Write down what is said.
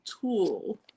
tool